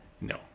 No